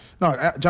No